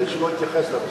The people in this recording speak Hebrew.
נדמה לי שהוא התייחס לנושא.